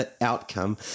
outcome